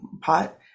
pot